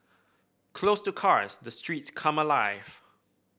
closed to cars the streets come alive